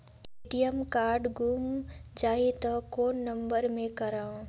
ATM card गुम जाही त कौन नम्बर मे करव?